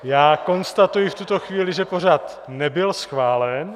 Já konstatuji v tuto chvíli, že pořad nebyl schválen.